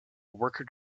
worker